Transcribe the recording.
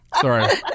Sorry